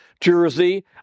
jersey